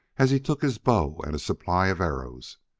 as he took his bow and a supply of arrows,